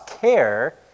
care